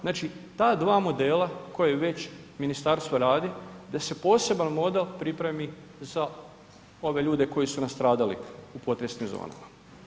Znači, ta dva modela koje već ministarstvo radi da se poseban model pripremi za ove ljude koji su nastradali u potresnim zonama.